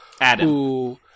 adam